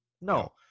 No